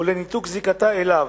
ולניתוק זיקתה אליו.